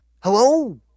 Hello